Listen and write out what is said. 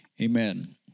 amen